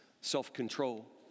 self-control